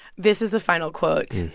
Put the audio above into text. this is the final quote.